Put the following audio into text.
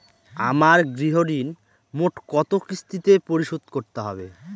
আমার গৃহঋণ মোট কত কিস্তিতে পরিশোধ করতে হবে?